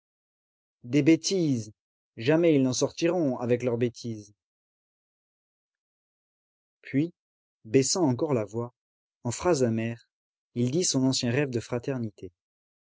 des bêtises jamais ils n'en sortiront avec leurs bêtises puis baissant encore la voix en phrases amères il dit son ancien rêve de fraternité